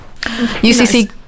UCC